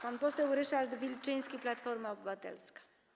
Pan poseł Ryszard Wilczyński, Platforma Obywatelska.